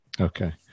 Okay